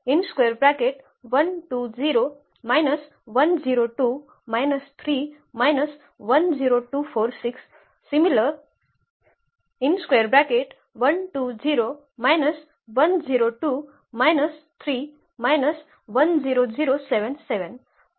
म्हणून रँक 3